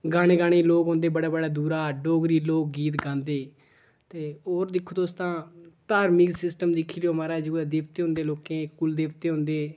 गाने गाने गी लोक औंदे बड़ा बड़ा दूरा दा डोगरी लोक गीत गांदे ते होर दिक्खो तुस तां धार्मक सिस्टम दिक्खी लैओ माराज जे कुतै देवते होंदे लोकें दे कुल देवते होंदे